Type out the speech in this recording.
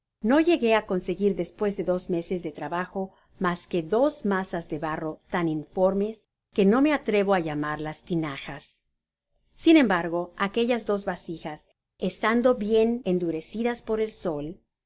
no llegué á conseguir despues de dos meses de trabajo mas que dos masas de barro tan informes que no me atrevo á llanarias tinajas sin embargo aquellas dos vasijas estando bien endurecidas por el sol